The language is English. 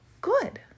good